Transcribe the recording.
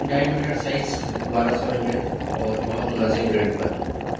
ڈھائی metre size بارہ سو ایم ایم اور بہت مناسب ریٹ پر